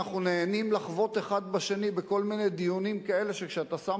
אנחנו נהנים לחבוט אחד בשני בכל מיני דיונים כאלה שכשאתה שם